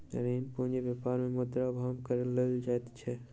ऋण पूंजी व्यापार मे मुद्रा अभावक कारण लेल जाइत अछि